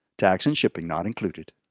tax and shipping not included.